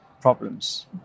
problems